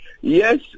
yes